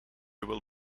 will